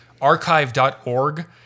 archive.org